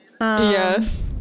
yes